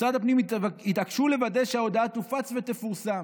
משרד הפנים התעקשו לוודא כי ההודעה תופץ ותפורסם".